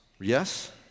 Yes